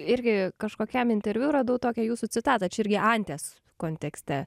irgi kažkokiam interviu radau tokią jūsų citatą čia irgi anties kontekste